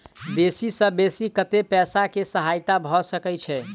बेसी सऽ बेसी कतै पैसा केँ सहायता भऽ सकय छै?